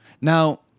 Now